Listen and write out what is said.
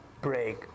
break